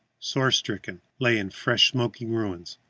sore-stricken, lay in fresh-smoking ruins.